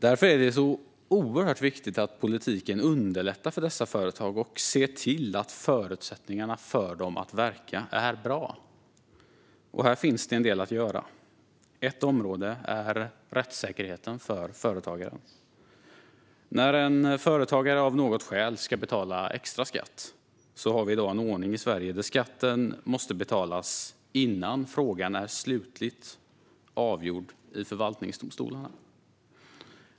Det är därför oerhört viktigt att politiken underlättar för dessa företag och ser till att förutsättningarna för dem att verka är bra, och här finns en del att göra. Ett område gäller rättssäkerheten för företagaren. När en företagare av något skäl ska betala extra skatt har vi i Sverige i dag en ordning som säger att skatten måste betalas innan frågan är slutligt avgjord i förvaltningsdomstolen.